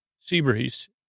Seabreeze